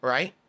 Right